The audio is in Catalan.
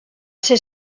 ser